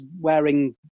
wearing